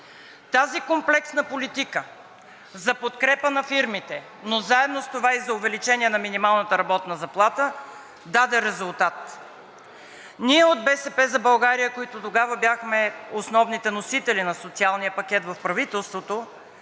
Тази комплексна политика за подкрепа на фирмите, но заедно с това и за увеличение на минималната работна заплата даде резултат. Ние от „БСП за България“, които тогава бяхме основните носители на социалния пакт в правителството,